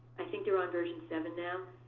i think they're on version seven now.